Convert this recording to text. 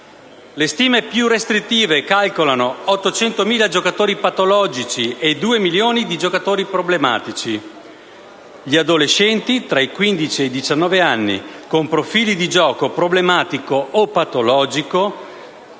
Le stime più restrittive calcolano in 800.000 i giocatori patologici e in 2 milioni i giocatori problematici; gli adolescenti tra i 15 e i 19 anni, con profili di gioco problematico o patologico,